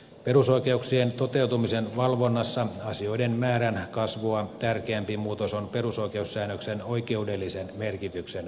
perusoikeuksien toteutumisen valvonnassa asioiden määrän kasvua tärkeämpi muutos on perusoikeussäännöksen oikeudellisen merkityksen vahvistuminen